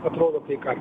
atrodo kai kam